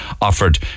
offered